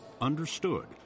understood